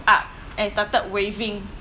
up and started waving